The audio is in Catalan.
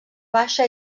baixa